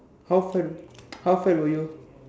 how fat how fat were you